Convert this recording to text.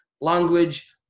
language